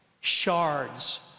shards